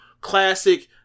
classic